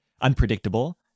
unpredictable